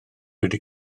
wedi